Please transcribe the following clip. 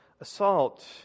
assault